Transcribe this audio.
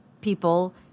people